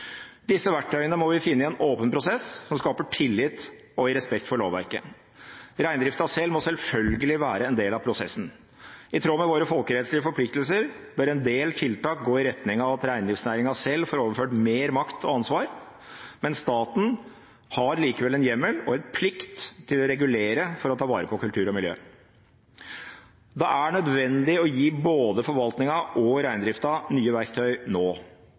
Disse verktøyene må vi finne i en åpen prosess som skaper tillit, og i respekt for lovverket. Reindriften selv må selvfølgelig være en del av prosessen. I tråd med våre folkerettslige forpliktelser bør en del tiltak gå i retning av at reindriftsnæringen selv får overført mer makt og ansvar, men staten har likevel en hjemmel og en plikt til å regulere for å ta vare på kultur og miljø. Det er nødvendig å gi både forvaltningen og reindriften nye verktøy nå.